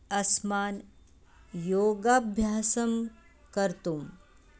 अस्मान् योगाभ्यासं कर्तुम्